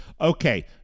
Okay